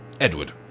Edward